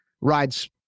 rides